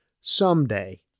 someday